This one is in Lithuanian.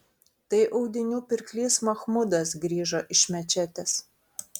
tai audinių pirklys machmudas grįžo iš mečetės